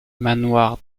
manoir